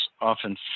often